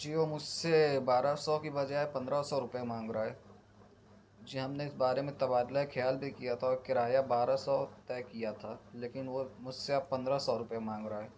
جی وہ مجھ سے بارہ سو کی بجائے پندرہ سو روپئے مانگ رہا ہے جی ہم نے اس بارے میں تبادلۂ خیال بھی کیا تھا اور کرایہ بارہ سو طے کیا تھا لیکن وہ مجھ سے اب پندرہ سو روپئے مانگ رہا ہے